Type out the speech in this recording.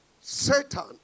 Satan